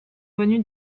venus